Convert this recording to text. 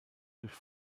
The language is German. durch